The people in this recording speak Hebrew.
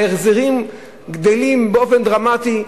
ההחזרים גדלים באופן דרמטי.